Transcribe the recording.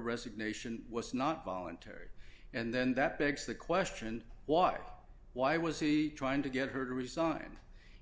resignation was not voluntary and then that begs the question why why was he trying to get her to resign